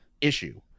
issue